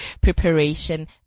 preparation